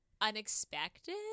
unexpected